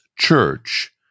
church